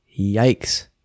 Yikes